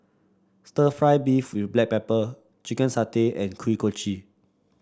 stir fry beef with Black Pepper Chicken Satay and Kuih Kochi